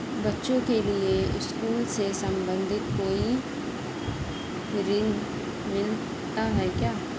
बच्चों के लिए स्कूल से संबंधित कोई ऋण मिलता है क्या?